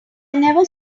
never